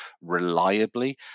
reliably